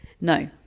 No